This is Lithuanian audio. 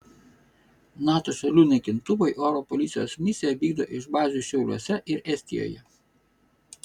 nato šalių naikintuvai oro policijos misiją vykdo iš bazių šiauliuose ir estijoje